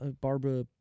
Barbara